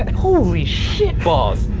and holy shit balls!